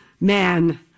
man